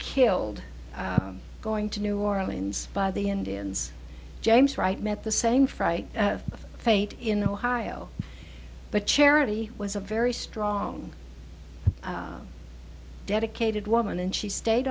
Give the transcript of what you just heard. killed going to new orleans by the indians james wright met the same fright of fate in the ohio but charity was a very strong dedicated woman and she stayed